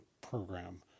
program